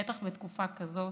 בטח בתקופה כזאת,